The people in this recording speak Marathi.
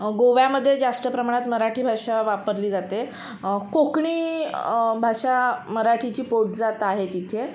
गोव्यामध्ये जास्त प्रमाणात मराठी भाषा वापरली जाते कोकणी भाषा मराठीची पोटजात आहे तिथे